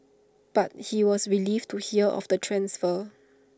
but he was relieved to hear of the transfer